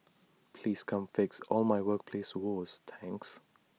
please come fix all my workplace woes thanks